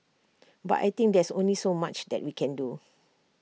but I think there's only so much that we can do